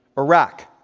iraq,